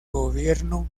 gobierno